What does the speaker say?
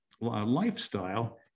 lifestyle